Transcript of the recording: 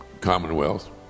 Commonwealth